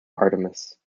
artemis